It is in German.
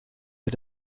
ihr